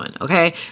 Okay